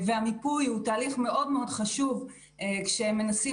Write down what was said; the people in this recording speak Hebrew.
המיפוי הוא תהליך מאוד חשוב כשמנסים